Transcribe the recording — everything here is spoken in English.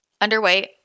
underweight